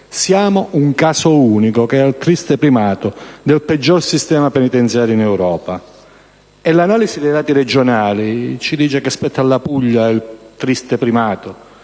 Siamo un caso unico che ha il triste primato del peggiore sistema penitenziario in Europa. L'analisi dei dati regionali ci dice che spetta alla Puglia il triste primato: